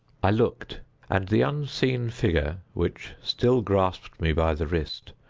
i looked and the unseen figure, which still grasped me by the wrist,